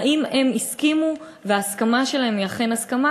האם הם הסכימו וההסכמה שלהם היא אכן הסכמה?